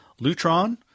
Lutron